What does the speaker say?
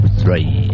three